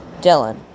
Dylan